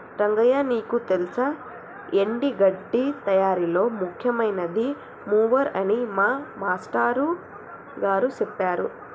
రంగయ్య నీకు తెల్సా ఎండి గడ్డి తయారీలో ముఖ్యమైనది మూవర్ అని మా మాష్టారు గారు సెప్పారు